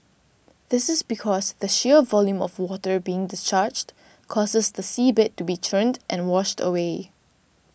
this is because the sheer volume of water being discharged causes the seabed to be churned and washed away